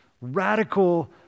Radical